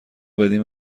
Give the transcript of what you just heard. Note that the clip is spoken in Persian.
بدین